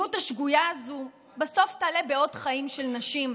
שהמדיניות השגויה הזו בסוף תעלה בעוד חיים של נשים,